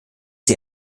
sie